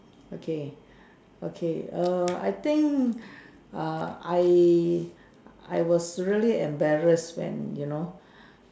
okay okay err I think err I I was really embarrassed when you know